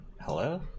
Hello